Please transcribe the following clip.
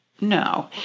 No